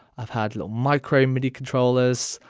i've have little micro midi controllers.